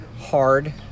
hard